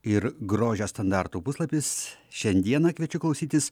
ir grožio standartų puslapis šiandieną kviečiu klausytis